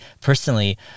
personally